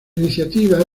iniciativa